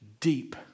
deep